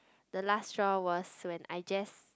the last straw was when I just